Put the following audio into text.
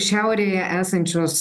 šiaurėje esančios